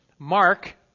Mark